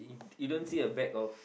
you don't see a bag of